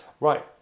Right